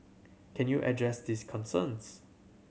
can you address these concerns